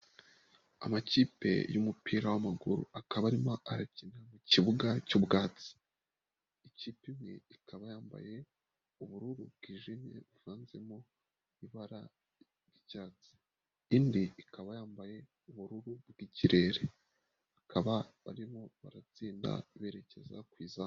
Amakipe y'umupira w'amaguru akaba arimo arakina mu kibuga cy'ubwatsi. Ikipe imwe ikaba yambaye ubururu bwijimye buvanzemo ibara ry'icyatsi. Indi ikaba yambaye ubururu bw'ikirere. Bakaba barimo baratsinda berekeza ku izamu.